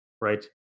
Right